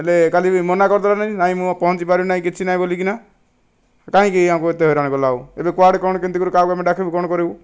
ହେଲେ କାଲି ମନା କରିଦେଲେନି ନାହିଁ ମୁଁ ପହଞ୍ଚି ପାରିବିନି କିଛି ନାହିଁ ବୋଲି କିନା କାହିଁକି ଆମକୁ ଏତେ ହଇରାଣ କଲା ଆଉ ଏବେ କୁଆଡ଼ୁ କ'ଣ କେମିତି କ'ଣ କରିବୁ କାହାକୁ ଆମେ ଡାକିବୁ କ'ଣ କରିବୁ